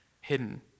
hidden